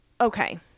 okay